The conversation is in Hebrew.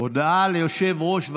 אדוני היושב-ראש,